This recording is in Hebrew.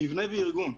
מבנה וארגון.